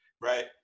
Right